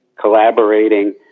collaborating